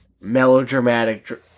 melodramatic